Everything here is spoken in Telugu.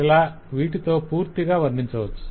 ఇలా వీటితో పూర్తిగా వర్ణించవచ్చు